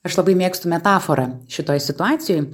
aš labai mėgstu metaforą šitoj situacijoj